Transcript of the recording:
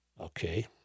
Okay